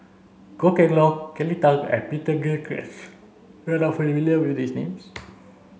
Goh Kheng Long Kelly Tang and Peter Gilchrist you are not familiar with these names